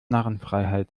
narrenfreiheit